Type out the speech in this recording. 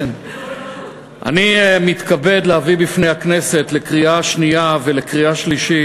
אני מתכבד להביא בפני הכנסת לקריאה שנייה ולקריאה שלישית